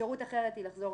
אפשרות אחרת היא לחזור